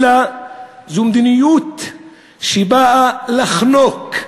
אלא זו מדיניות שבאה לחנוק,